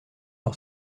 par